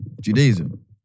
Judaism